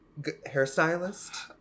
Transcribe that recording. hairstylist